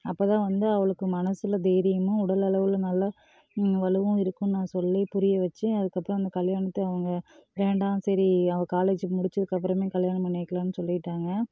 அப்போ தான் வந்து அவளுக்கு மனசில் தைரியமும் உடல் அளவில் நல்லா வலுவும் இருக்கும்னு நான் சொல்லி புரிய வைச்சி அதுக்கப்புறம் அந்த கல்யாணத்தை அவங்க வேண்டாம் சரி அவள் காலேஜு முடிச்சதுக்கப்புறமே கல்யாணம் பண்ணிக்கலாம்னு சொல்லிவிட்டாங்க